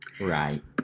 Right